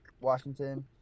Washington